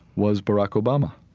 was barack obama